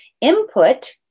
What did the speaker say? Input